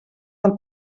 del